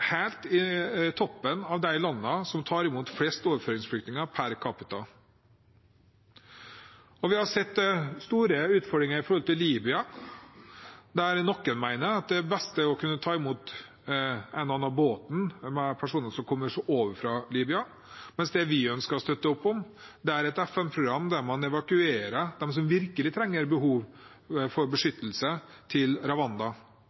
helt i toppen av de landene som tar imot flest overføringsflyktninger per capita. Vi har sett store utfordringer i Libya, Noen mener at det beste er å kunne ta imot en og annen båt med personer som kommer seg over fra Libya, mens det vi ønsker å støtte opp om, er et FN-program der man evakuerer dem som virkelig har behov for